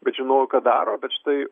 bet žinojo ką daro bet štai